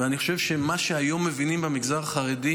ואני חושב שמה שהיום מבינים במגזר החרדי